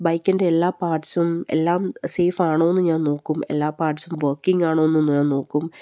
ബൈക്കിൻ്റെ എല്ലാ പാർട്ട്സും എല്ലാം സേഫ് ആണോന്ന് ഞാൻ നോക്കും എല്ലാ പാർട്ട്സും വർക്കിംഗ് ആണോന്നും ഞാൻ നോക്കും